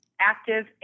active